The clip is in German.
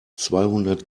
zweihundert